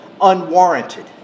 unwarranted